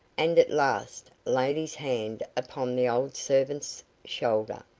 and at last laid his hand upon the old servant's shoulder.